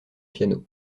piano